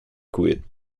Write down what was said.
quid